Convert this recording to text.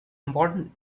important